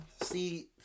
see